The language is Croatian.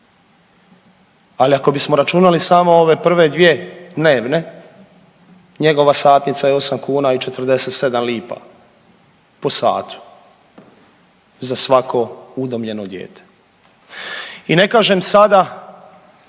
Ali ako bismo računali samo ove prve dvije dnevne, njegova satnica je 8 kuna i 47 lipa po satu za svako udomljeno dijete. I ne kažem sada